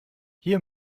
hier